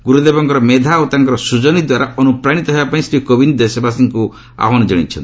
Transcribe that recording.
ଗୁରୁଦେବଙ୍କର ମେଧା ଓ ତାଙ୍କର ସୂଜନୀ ଦ୍ୱାରା ଅନୁପ୍ରାଣିତ ହେବାପାଇଁ ଶ୍ରୀ କୋବିନ୍ଦ ଦେଶବାସୀଙ୍କୁ ଆହ୍ୱାନ ଜଣାଇଛନ୍ତି